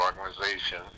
organization